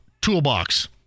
toolbox